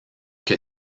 que